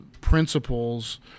principles